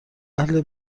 اهل